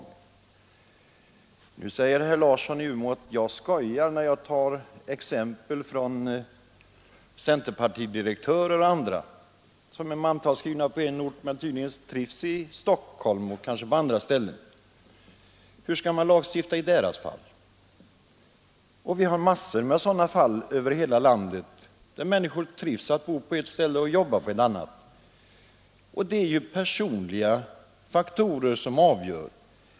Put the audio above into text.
Nu säger herr Larsson i Umeå att jag skojar när jag nämner exempel på centerpartidirektörer eller andra, som är mantalsskrivna på en ort men tydligen trivs i Stockholm eller kanske på andra ställen. Hur skall man lagstifta i deras fall? Det finns massor av sådana fall över hela landet, där människor trivs att bo på ett ställe och att jobba på ett annat. Det är personliga faktorer som avgör.